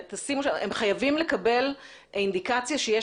הם חייבים לקבל את האינדיקציה שיש